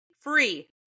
free